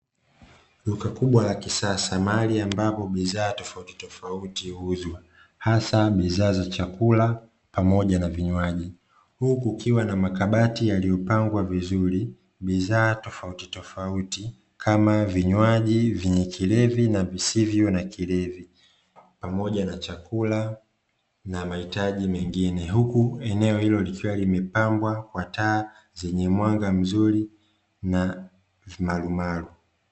Duka kubwa la kisasa mahali ambapo bidhaa tofautitofauti huuzwa, hasa bidhaa za chakula pamoja na vinywaji huku kukiwa na makabati yaliyopangwa vizuri bidhaa tofautitofauti kama: vinywaji vyenye kilevi na visivyo na kilevi, pamoja na chakula na mahitaji mengine, huku eneo hilo likiwa limepambwa kwa taa zenye mwanga mzuri na marumaru.